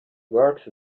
work